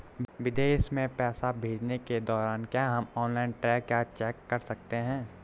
विदेश में पैसे भेजने के दौरान क्या हम ऑनलाइन ट्रैक या चेक कर सकते हैं?